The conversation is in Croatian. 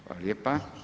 Hvala lijepa.